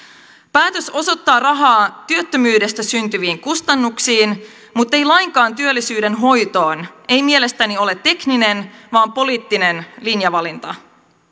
päätös osoittaa rahaa työttömyydestä syntyviin kustannuksiin muttei lainkaan työllisyyden hoitoon ei mielestäni ole tekninen vaan poliittinen linjavalinta